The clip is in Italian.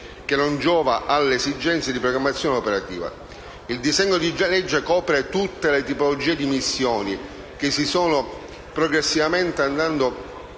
Il disegno di legge copre tutte le tipologie di missioni che si sono progressivamente andate